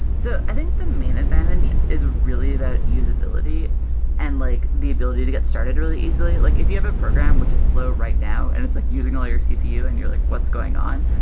so i think the main advantage is really that usability and like the ability to get started really easily. like if you have a program which is slow right now and it's like using all your cpu and you're like, what's going on?